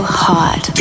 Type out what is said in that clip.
hot